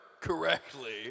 correctly